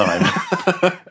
time